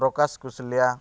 ପ୍ରକାଶ କୁଶଲ୍ୟା